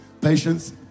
patience